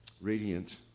radiant